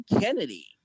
Kennedy